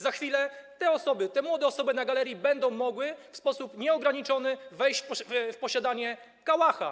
Za chwilę te młode osoby na galerii będą mogły w sposób nieograniczony wejść w posiadanie kałacha.